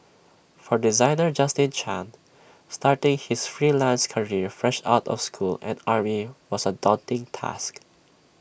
for designer Justin chan starting his freelance career fresh out of school and army was A daunting task